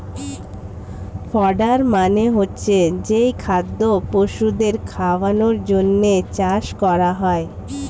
fodder মানে হচ্ছে যেই খাদ্য পশুদের খাওয়ানোর জন্যে চাষ করা হয়